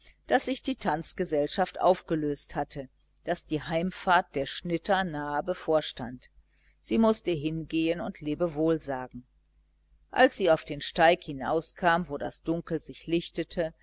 daß sich die tanzgesellschaft aufgelöst hatte daß die heimfahrt der schnitter nahe bevorstand sie mußte hingehen und lebewohl sagen als sie auf den steig hinauskam wo das dunkel sich